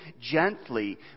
gently